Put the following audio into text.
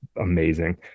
amazing